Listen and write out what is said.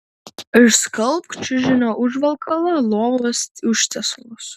išskalbk čiužinio užvalkalą lovos užtiesalus